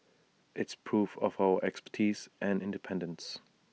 it's proof of our expertise and independence